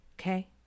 Okay